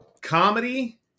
Comedy